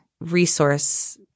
resource